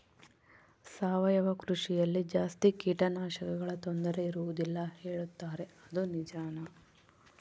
ಸಾವಯವ ಕೃಷಿಯಲ್ಲಿ ಜಾಸ್ತಿ ಕೇಟನಾಶಕಗಳ ತೊಂದರೆ ಇರುವದಿಲ್ಲ ಹೇಳುತ್ತಾರೆ ಅದು ನಿಜಾನಾ?